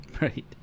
Right